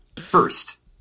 first